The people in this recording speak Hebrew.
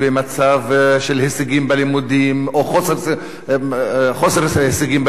במצב של הישגים בלימודים או חוסר הישגים בלימודים.